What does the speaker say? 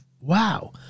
wow